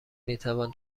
میتوان